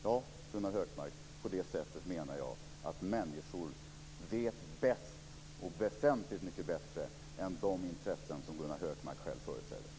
Ja, Gunnar Hökmark, på det sättet menar jag att människor vet bäst och väsentligt mycket bättre än de intressen som Gunnar Hökmark själv företräder.